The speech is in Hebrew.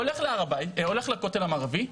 הולך לכותב המערבי,